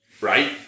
right